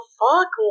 fuck